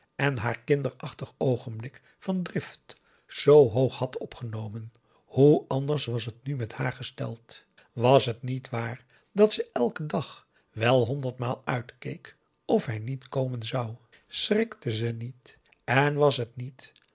en haar kinderachtig oogenblik van drift zoo hoog had opgenomen hoe anders was het nu met haar gesteld was het niet waar dat ze elken dag wel honderdmaal uitkeek of hij niet komen zou p a daum de van der lindens c s onder ps maurits schrikte ze niet en was het niet